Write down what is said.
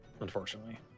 Unfortunately